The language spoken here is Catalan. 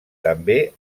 també